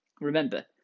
Remember